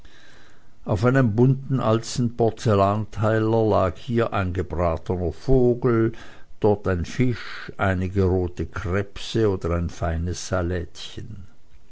auf einem bunten alten porzellanteller lag hier ein gebratener vogel dort ein fisch einige rote krebse oder ein feines salätchen